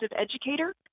educator